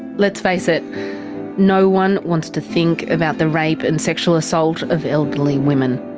let's face it no one wants to think about the rape and sexual assault of elderly women.